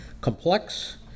complex